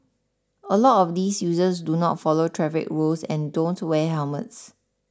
a lot of these users do not follow traffic rules and don't wear helmets